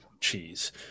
cheese